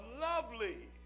lovely